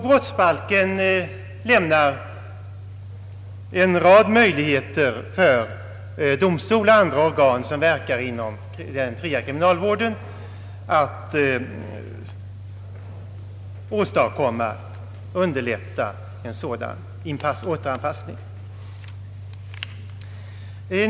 Brottsbalken lämnar en rad möjligheter för domstol och andra organ som verkar inom den fria kriminalvården att underlätta en sådan återanpassning.